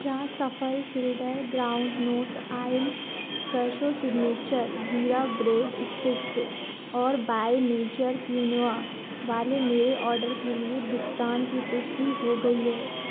क्या Safal filtered groundnut oil Fresho signature jeera bread sticks और by nature quinoa वाले मेरे ऑर्डर के लिए भुगतान की पुष्टि हो गई है